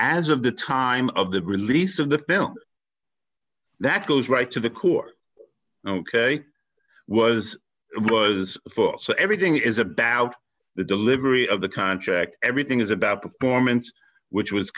as of the time of the release of the film that goes right to the core ok was it was for so everything is about the delivery of the contract everything is about formants which was